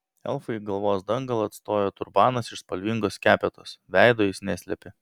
elfui galvos dangalą atstojo turbanas iš spalvingos skepetos veido jis neslėpė